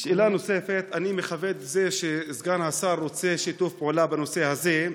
שאלה נוספת: אני מכבד את זה שסגן השר רוצה שיתוף פעולה בנושא הזה.